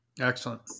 Excellent